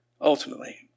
Ultimately